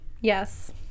Yes